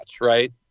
right